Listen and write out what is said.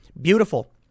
Beautiful